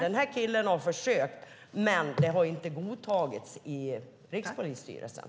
Den här killen har försökt, men det har inte godtagits i Rikspolisstyrelsen.